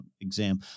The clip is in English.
exam